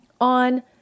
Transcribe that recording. on